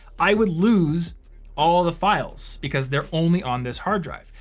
i would lose all the files, because they're only on this hard drive.